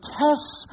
tests